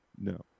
No